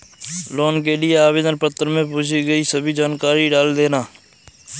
loan के लिए आवेदन पत्र में पूछी गई सभी जानकारी डाल देना